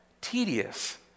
tedious